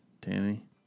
Danny